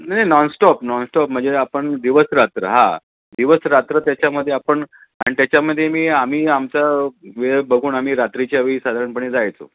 नाही नाही nonstop nonstop म्हणजे आपण दिवस रात्र हा दिवस रात्र त्याच्यामध्ये आपण आणि त्याच्यामध्ये मी आम्ही आमचा वेळ बघून आम्ही रात्रीच्या वळी साधारणपणे जायचो